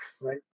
right